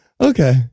okay